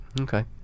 Okay